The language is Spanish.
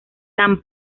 tan